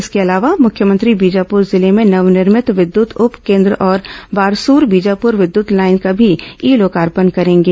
इसके अलावा मुख्यमंत्री बीजापुर जिले में नवनिर्मित विद्यत उप केन्द्र और बारसूर बीजापुर विद्यत लाइन का भी ई लोकार्पण करेंगे